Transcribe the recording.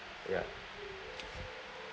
ya